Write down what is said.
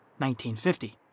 1950